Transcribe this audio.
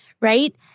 right